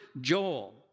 Joel